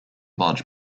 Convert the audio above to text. large